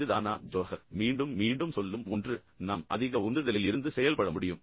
இது தானா ஜோஹர் மீண்டும் மீண்டும் சொல்லும் ஒன்று நாம் அதிக உந்துதலில் இருந்து செயல்பட முடியும்